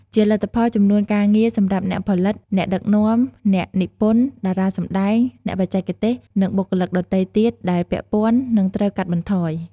ជាលទ្ធផល ចំនួនការងារសម្រាប់អ្នកផលិត អ្នកដឹកនាំ អ្នកនិពន្ធ តារាសម្ដែង អ្នកបច្ចេកទេស និងបុគ្គលិកដទៃទៀតដែលពាក់ព័ន្ធនឹងត្រូវកាត់បន្ថយ។